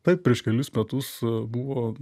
taip prieš kelis metus buvo